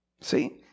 See